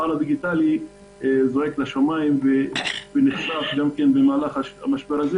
הפער הדיגיטלי הוא זועק לשמיים ונחשף במהלך המשבר הזה